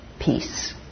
Peace